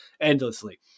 endlessly